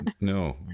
No